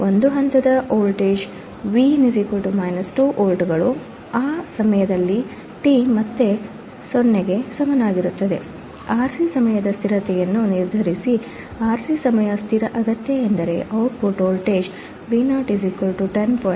ಒಂದು ಹಂತದ voltage Vin 2 ವೋಲ್ಟ್ಗಳು ಆ ಸಮಯದಲ್ಲಿ t ಮತ್ತೆ 0 ಕ್ಕೆ ಸಮನಾಗಿರುತ್ತದೆ R C ಸಮಯದ ಸ್ಥಿರತೆಯನ್ನು ನಿರ್ಧರಿಸಿ RC ಸಮಯ ಸ್ಥಿರ ಅಗತ್ಯ ಅಂದರೆ output ವೋಲ್ಟೇಜ್ Vo 10